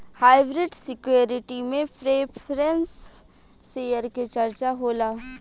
hybrid security में preference share के चर्चा होला